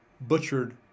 butchered